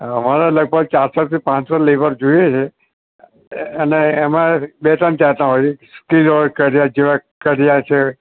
અમારે લગભગ ચારસોથી પાનસો લેબર જોઈએ છે અને એમા બે ત્રણ જાતના હોય સ્કિલ વર્ક કરિયા જેવા કડીયા છે